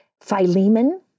Philemon